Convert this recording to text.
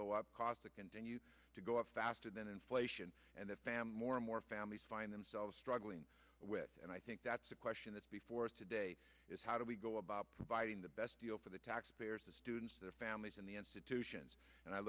go up because the continue to go up faster than inflation and the family and more families find themselves struggling with it and i think that's a question that's before us today is how do we go about providing the best deal for the taxpayers the students their families and the institutions and i